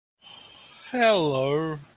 Hello